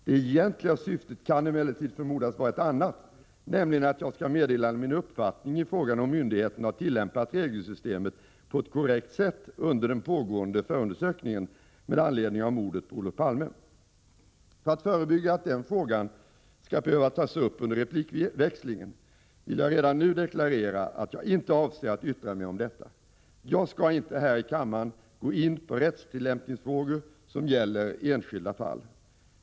Det egentliga syftet kan emellertid förmodas vara ett annat, nämligen att jag skall meddela min uppfattning i frågan om myndigheten har tillämpat regelsystemet på ett korrekt sätt under den pågående förundersökningen med anledning av mordet på Olof Palme. För att förebygga att den frågan skall behöva tas upp under replikväxlingen vill jag redan nu deklarera att jag inte avser att yttra mig om detta. Jag skall inte här i kammaren gå in på rättstillämpningsfrågor som gäller enskilda fall.